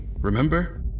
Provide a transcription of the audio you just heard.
remember